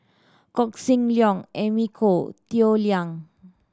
Koh Seng Leong Amy Khor Toh Liying